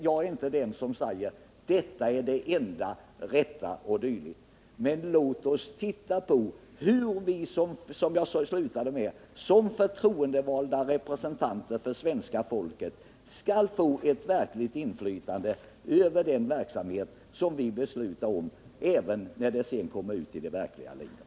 Jag är inte den som säger att detta är det enda rätta, men låt oss titta på hur vi, som jag sade i slutet av mitt huvudanförande, som förtroendevalda representanter för svenska folket skall få ett reellt inflytande över den verksamhet som vi beslutar om, även när den kommer ut i det verkliga livet.